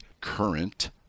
current